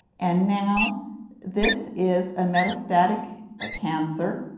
and now this is a metastatic ah cancer.